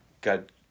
God